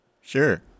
Sure